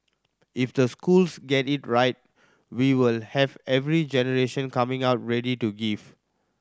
if the schools get it right we will have every generation coming out ready to give